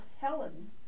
Helen